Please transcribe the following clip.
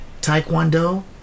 Taekwondo